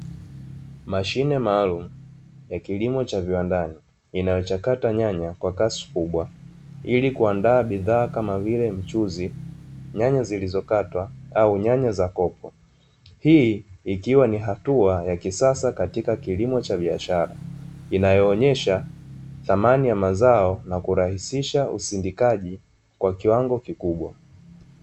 Mashine maalumu ya kilimo cha viwandani, inayochakata nyanya kwa kasi kubwa ili kuandaa bidhaa kama vile mchuzi, nyanya zilizokatwa au nyanya za kopo. Hii ikiwa ni hatua ya kisasa katika kilimo cha biashara, inayoonyesha thamani ya mazao na kurahisisha usindikaji kwa kiwango kikubwa.